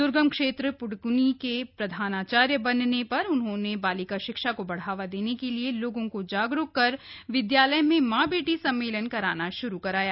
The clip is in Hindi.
द्र्गम क्षेत्र प्ड़क्नी के प्रधानाचार्य बनने पर उन्होंने बालिका शिक्षा को बढ़ावा देने के लिए लोगों को जागरूक कर विद्यालय में मां बेटी सम्मेलन कराना श्रू कराया